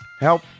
Help